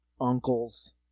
uncles